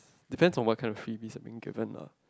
depends on what kinds of freebies are being given lah